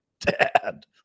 Dad